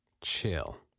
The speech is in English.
Chill